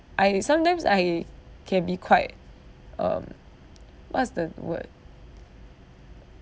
I sometimes I can be quite um what's the word